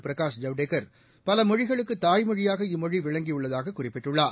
பிரகாஷ் ஜவ்டேகர் பல மொழிகளுக்கு தாய்மொழியாக இம்மொழி விளங்கியுள்ளதாக குறிப்பிட்டுள்ளார்